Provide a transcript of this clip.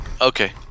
okay